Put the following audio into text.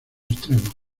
extremos